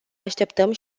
așteptăm